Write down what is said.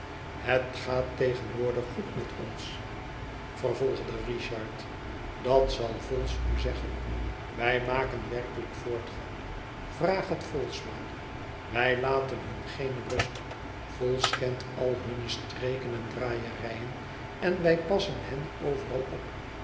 het gaat tegenwoordig goed met ons vervolgde richard dat zal vholes u zeggen wij maken werkelijk voortgang vraagt het vholes maar wij laten hun geene rust vholes kent al hunne streken en draaierijen en wij passen hen overal op